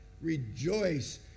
rejoice